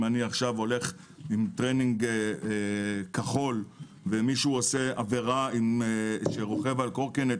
אם אני הולך עם טרנינג כחול ומישהו רוכב על קורקינט